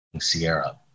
Sierra